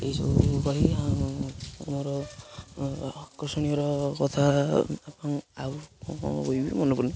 ଏଇସବୁ କହିବି ଆଉ ମୋର ଆକର୍ଷଣୀୟର କଥା ଆଉ କ'ଣ କହିବି ମନେପଡ଼ୁନି